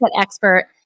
expert